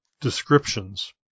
descriptions